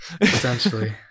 essentially